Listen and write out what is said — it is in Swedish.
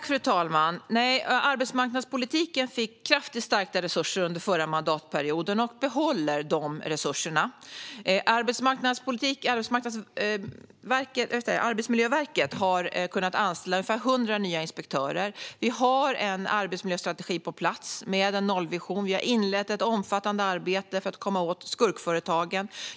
Fru talman! Arbetsmarknadspolitiken fick kraftigt stärkta resurser under förra mandatperioden och behåller de resurserna. Arbetsmiljöverket har kunnat anställa ungefär 100 nya inspektörer. Vi har en arbetsmiljöstrategi på plats med en nollvision. Vi har inlett ett omfattande arbete för att komma åt skurkföretagen.